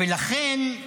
ולכן,